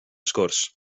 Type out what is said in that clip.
sgwrs